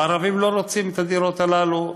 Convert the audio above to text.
והערבים לא רוצים את הדירות האלה,